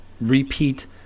repeat